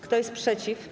Kto jest przeciw?